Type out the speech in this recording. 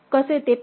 कसे ते पाहू